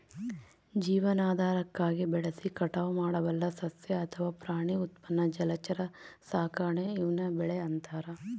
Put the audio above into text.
ಜೀವನಾಧಾರಕ್ಕಾಗಿ ಬೆಳೆಸಿ ಕಟಾವು ಮಾಡಬಲ್ಲ ಸಸ್ಯ ಅಥವಾ ಪ್ರಾಣಿ ಉತ್ಪನ್ನ ಜಲಚರ ಸಾಕಾಣೆ ಈವ್ನ ಬೆಳೆ ಅಂತಾರ